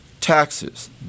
taxes